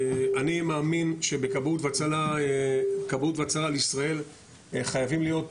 אני מאמין שבכבאות והצלה לישראל חייבים להמשיך